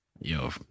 Yo